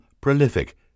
Prolific